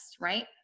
Right